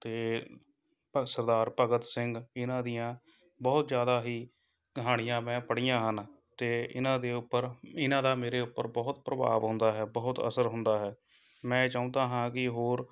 ਅਤੇ ਭਗਤ ਸਰਦਾਰ ਭਗਤ ਸਿੰਘ ਇਹਨਾਂ ਦੀਆਂ ਬਹੁਤ ਜ਼ਿਆਦਾ ਹੀ ਕਹਾਣੀਆਂ ਮੈਂ ਪੜ੍ਹੀਆਂ ਹਨ ਅਤੇ ਇਹਨਾਂ ਦੇ ਉੱਪਰ ਇਹਨਾਂ ਦਾ ਮੇਰੇ ਉੱਪਰ ਬਹੁਤ ਪ੍ਰਭਾਵ ਹੁੰਦਾ ਹੈ ਬਹੁਤ ਅਸਰ ਹੁੰਦਾ ਹੈ ਮੈਂ ਚਾਹੁੰਦਾ ਹਾਂ ਕਿ ਹੋਰ